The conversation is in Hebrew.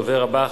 הדובר הבא,